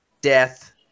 death